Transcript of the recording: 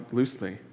loosely